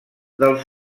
dels